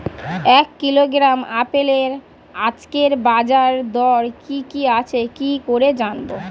এক কিলোগ্রাম আপেলের আজকের বাজার দর কি কি আছে কি করে জানবো?